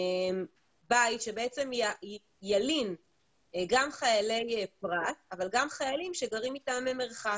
בית שילין גם חיילי פרט אבל גם חיילים שילונו מטעמי מרחק,